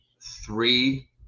three